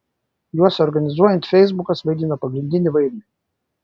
juos organizuojant feisbukas vaidino pagrindinį vaidmenį